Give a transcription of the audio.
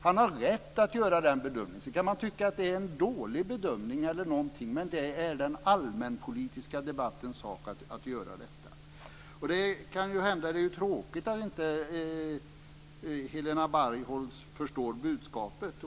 Han har rätt att göra den bedömningen. Sedan kan man tycka att det är en dålig bedömning, men det är den allmänpolitiska debattens sak att göra detta. Det är tråkigt att Helena Bargholtz inte förstår budskapet.